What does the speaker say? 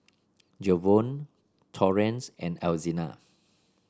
Jevon Torrence and Alzina